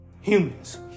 Humans